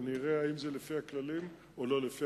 ואני אראה אם זה לפי הכללים או לא.